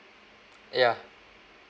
ya